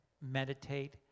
meditate